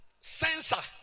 sensor